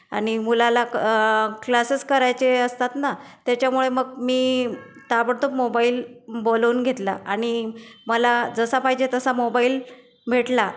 आणि मुलाला क क्लासेस करायचे असतात ना त्याच्यामुळे मग मी ताबडतोब मोबाईल बोलवून घेतला आणि मला जसा पाहिजे तसा मोबाईल भेटला